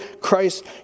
Christ